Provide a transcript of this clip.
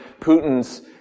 Putin's